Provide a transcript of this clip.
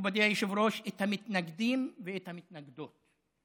מכובדי היושב-ראש, את המתנגדים ואת המתנגדות.